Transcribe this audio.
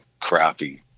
crappy